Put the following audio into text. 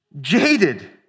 jaded